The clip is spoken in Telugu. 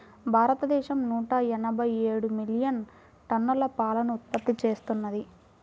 భారతదేశం నూట ఎనభై ఏడు మిలియన్ టన్నుల పాలను ఉత్పత్తి చేస్తున్నది